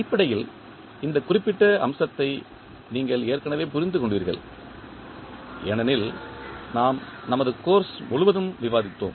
அடிப்படையில் இந்த குறிப்பிட்ட அம்சத்தை நீங்கள் ஏற்கனவே புரிந்து கொண்டீர்கள் ஏனெனில் நாம் நமது கோர்ஸ் முழுவதும் விவாதித்தோம்